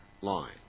line